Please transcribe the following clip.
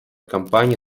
кампании